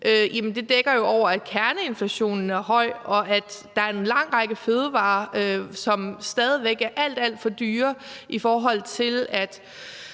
nu, dækker jo over, at kerneinflationen er høj, og at der er en lang række fødevarer, som stadig væk er alt, alt for dyre, i forhold til at